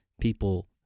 people